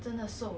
what